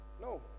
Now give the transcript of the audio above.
No